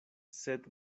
sed